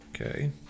Okay